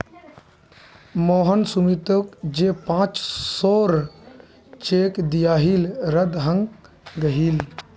मोहन सुमीतोक जे पांच सौर चेक दियाहिल रद्द हंग गहील